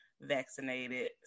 vaccinated